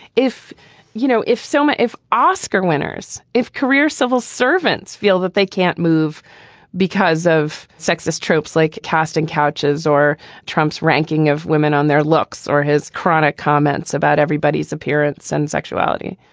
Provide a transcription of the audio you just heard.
if you know, if selma, if oscar winners, if career civil servants feel that they can't move because of sexist tropes like casting couches or trump's ranking of women on their looks or his chronic comments about everybody's appearance and sexuality,